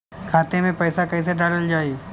खाते मे पैसा कैसे डालल जाई?